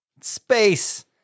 space